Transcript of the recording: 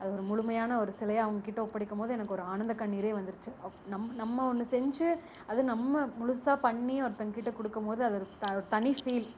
அது ஒரு முழுமையான ஒரு சிலையாக அவங்ககிட்ட ஒப்படைக்கும் போது எனக்கு ஒரு ஆனந்த கண்ணீரே வந்துடுச்சு நம் நம்ம ஒன்று செஞ்சு அதுவும் நம்ம முழுசாக பண்ணி ஒருத்தங்ககிட்ட கொடுக்கும் போது அது ஒரு ஒரு தனி ஃபீல்